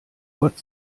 gott